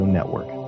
Network